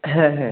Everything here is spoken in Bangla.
হ্যাঁ হ্যাঁ